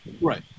Right